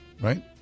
right